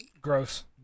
Gross